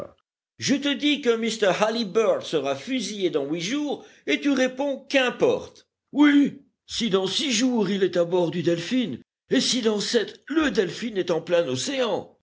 je te dis que mr halliburtt sera fusillé dans huit jours et tu réponds qu'importe oui si dans six jours il est à bord du delphin et si dans sept le delphin est en plein océan